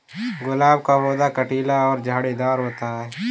गुलाब का पौधा कटीला और झाड़ीदार होता है